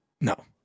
No